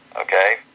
okay